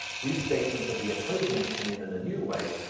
restatements of the opposing opinion in a new way,